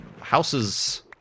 Houses